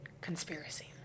conspiracy